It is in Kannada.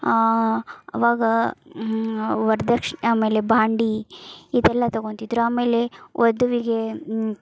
ಅವಾಗ ವರ್ದಕ್ಷ್ಣ್ ಆಮೇಲೆ ಭಾಂಡೆ ಇದೆಲ್ಲ ತಗೋಂತಿದ್ರು ಆಮೇಲೆ ವಧುವಿಗೆ